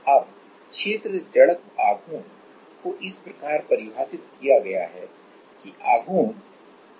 अब area moment of inertia को इस प्रकार परिभाषित किया गया है कि मोमेंट क्या है